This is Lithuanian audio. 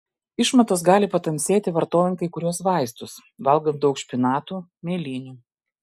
išmatos gali patamsėti vartojant kai kuriuos vaistus valgant daug špinatų mėlynių